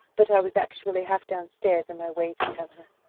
but i was actually half down stairs in my way to tell her.